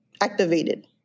activated